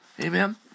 Amen